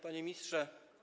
Panie Ministrze!